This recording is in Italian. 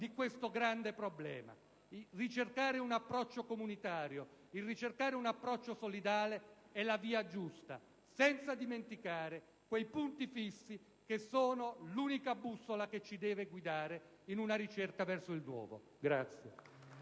di questo grande problema. Ricercare un approccio comunitario e solidale è la via giusta, senza dimenticare quei punti fissi che sono l'unica bussola che deve guidarci in una ricerca verso il nuovo.